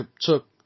took